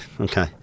Okay